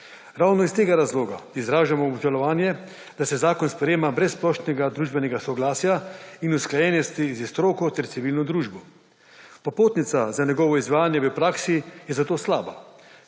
Ravno iz tega razloga izražamo obžalovanje, da se zakon sprejema brez splošnega družbenega soglasja in usklajenosti s stroko ter civilno družbo. Popotnica za njegovo izvajanje v praksi je zato slaba.